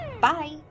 Bye